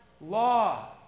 law